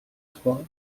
trois